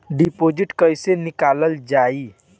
Deposit कैसे निकालल जाइ?